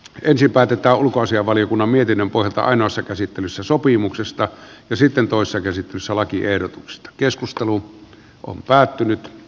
ensin päätetään ulkoasiainvaliokunnan mietinnön pohjalta ainoassa käsittelyssä sopimuksesta ja sitten toisessa käsittelyssä lakiehdotukset keskustelu on päättynyt